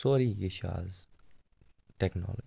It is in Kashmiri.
سورُے کیٚنٛہہ چھُ اَز ٹٮ۪کنالجی